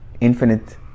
infinite